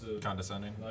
Condescending